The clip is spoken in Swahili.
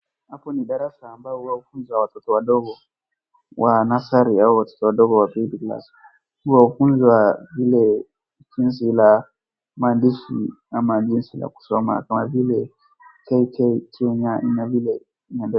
Hapo ni darasa ambao huwa hufunzwa watoto wadogo wa nursery au watoto wadogo wa babay class . Huwafunza vile jinsi la mandshi ama jinsi la kusoma kama vile KK Kenya na vile.